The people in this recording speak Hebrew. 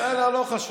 בסדר, לא חשוב.